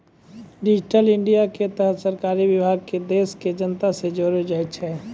digital India के तहत सरकारी विभाग के देश के जनता से जोड़ै छै